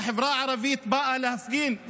וכשהחברה הערבית באה להפגין,